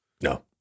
no